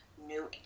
new